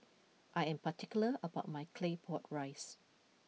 I am particular about my Claypot Rice